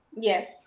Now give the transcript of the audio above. Yes